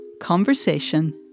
conversation